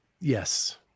Yes